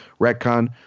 Retcon